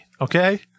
okay